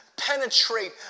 penetrate